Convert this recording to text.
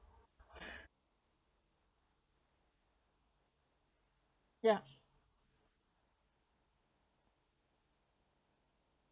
yeah